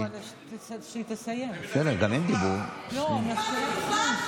שהיא תסיים, מזכירת הכנסת.